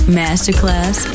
masterclass